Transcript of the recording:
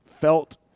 felt